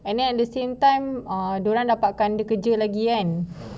and then at the same time ah dia orang dapat kerja lagi kan